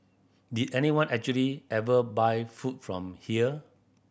did anyone actually ever buy food from here